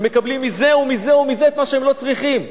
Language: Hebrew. הם מקבלים מזה ומזה ומזה את מה שהם לא צריכים.